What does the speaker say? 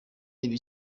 ibi